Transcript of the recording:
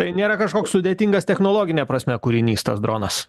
tai nėra kažkoks sudėtingas technologine prasme kūrinys tas dronas